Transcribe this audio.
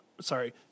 sorry